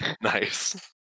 nice